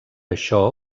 això